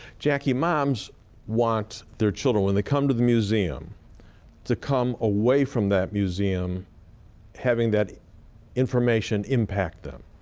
jackie, moms want their children when they come to the museum to come away from that museum having that information impact them.